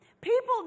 People